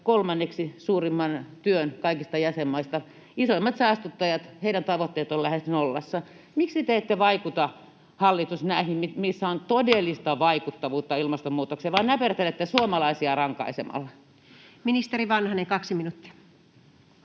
kolmanneksi suurimman työn kaikista jäsenmaista. Isoimpien saastuttajien tavoitteet ovat lähes nollassa. Miksi te ette vaikuta, hallitus, näihin, missä on todellista vaikuttavuutta ilmastonmuutokseen, vaan näpertelette suomalaisia rankaisemalla? Ministeri Vanhanen, 2 minuuttia.